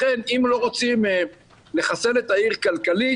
לכן אם לא רוצים לחסל את העיר כלכלית,